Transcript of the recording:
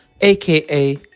AKA